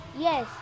Yes